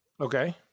Okay